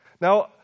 Now